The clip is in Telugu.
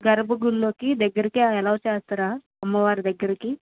గర్బగుళ్ళోకి దగ్గరకి అలౌ చేస్తారా అమ్మవారి దగ్గరకి